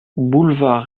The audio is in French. boulevard